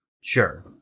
Sure